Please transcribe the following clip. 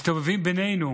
מסתובבים בינינו